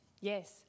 Yes